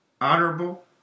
honorable